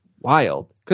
wild